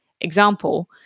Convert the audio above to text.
example